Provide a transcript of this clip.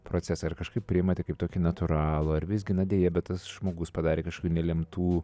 procesą ar kažkaip priimate kaip tokį natūralų ar visgi na deja bet tas žmogus padarė kažkokių nelemtų